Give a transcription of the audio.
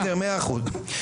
בסדר מאה אחוז.